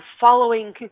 following